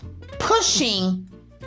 ...pushing